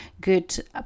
good